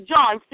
John